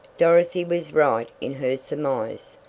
dorothy was right in her surmise.